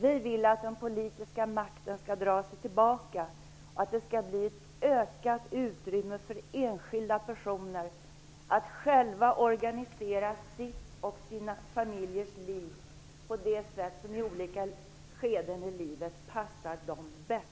Vi vill att den politiska makten skall dra sig tillbaka och att det skall bli ett ökat utrymme för enskilda personer att själva organisera sitt eget och sina familjers liv på det sätt som i olika skeden i livet passar dem bäst.